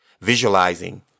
Visualizing